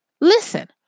listen